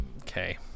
okay